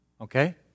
Okay